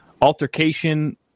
altercation